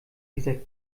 dieser